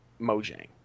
mojang